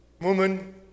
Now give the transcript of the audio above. Woman